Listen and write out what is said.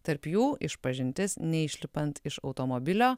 tarp jų išpažintis neišlipant iš automobilio